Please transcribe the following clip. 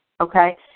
okay